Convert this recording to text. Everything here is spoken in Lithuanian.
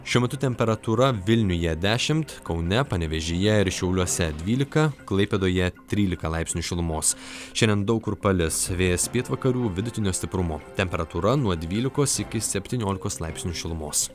šiuo metu temperatūra vilniuje dešimt kaune panevėžyje ir šiauliuose dvylika klaipėdoje trylika laipsnių šilumos šiandien daug kur palis vėjas pietvakarių vidutinio stiprumo temperatūra nuo dvylikos iki septyniolikos laipsnių šilumos